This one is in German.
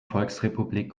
volksrepublik